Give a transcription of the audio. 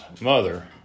mother